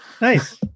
Nice